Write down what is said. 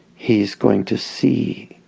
he's going to see